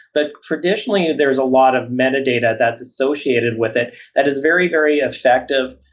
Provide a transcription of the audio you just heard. but traditionally there's a lot of metadata that's associated with it that is very, very effective,